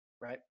Right